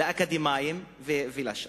לאקדמאים ולשאר.